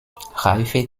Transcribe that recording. reife